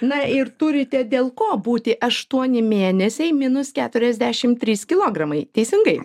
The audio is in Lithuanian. na ir turite dėl ko būti aštuoni mėnesiai minus keturiasdešim trys kilogramai teisingai